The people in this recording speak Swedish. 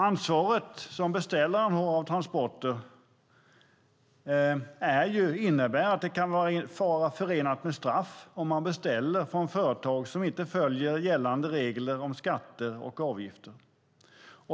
Ansvaret som beställaren av transporter har innebär att det kan vara förenat med straff om man beställer från företag som inte följer gällande regler för skatter och avgifter.